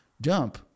Jump